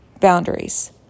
boundaries